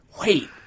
wait